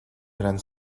gran